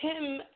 Tim